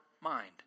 mind